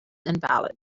invalid